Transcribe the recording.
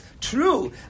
True